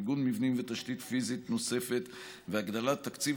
מיגון מבנים ותשתיות פיזיות נוספות והגדלת תקציב